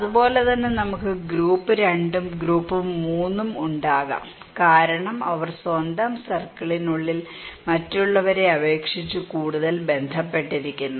അതുപോലെ തന്നെ നമുക്ക് ഗ്രൂപ്പ് 2 ഉം ഗ്രൂപ്പ് 3 ഉം ഉണ്ടാകാം കാരണം അവർ സ്വന്തം സർക്കിളിനുള്ളിൽ മറ്റുള്ളവരെ അപേക്ഷിച്ച് കൂടുതൽ ബന്ധപ്പെട്ടിരിക്കുന്നു